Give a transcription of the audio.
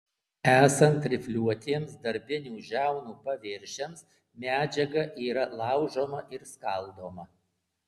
esant rifliuotiems darbinių žiaunų paviršiams medžiaga yra laužoma ir skaldoma